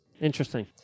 interesting